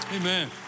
Amen